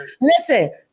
Listen